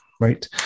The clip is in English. right